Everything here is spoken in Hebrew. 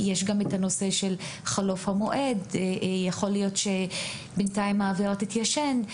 יש גם את הנושא של חלוף המועד; יכול להיות שהעבירה תתיישן,